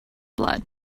blood